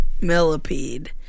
Millipede